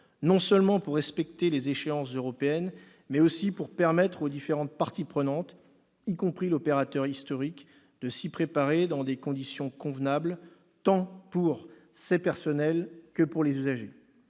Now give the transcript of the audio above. non seulement pour respecter les échéances européennes, mais aussi pour permettre aux différentes parties prenantes, y compris l'opérateur historique, de s'y préparer dans des conditions convenables, tant pour ses personnels que pour les usagers.